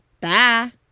Bye